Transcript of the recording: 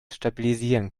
stabilisieren